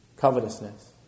covetousness